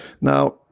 Now